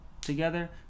together